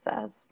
says